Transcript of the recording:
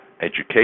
education